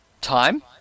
time